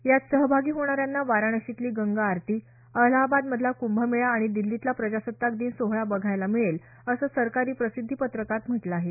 यात सहभागी होणाऱ्यांना वाराणशीतली गंगा आरती अलाहाबादमधला कृंभ मेळा आणि दिल्लीतला प्रजासत्ताक दिन सोहळा बघायला मिळेल असं सरकारी प्रसिद्धीपत्रकात म्हटलं आहे